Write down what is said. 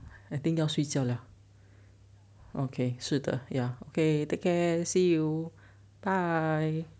I think 要睡觉了 okay 是的 ya okay take care see you bye